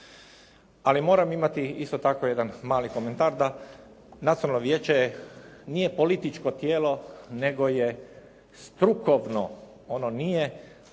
Ali moram imati isto tako jedan mali komentar da nacionalno vijeće je, nije političko tijelo nego je strukovno ono nije dakle, ono